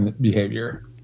behavior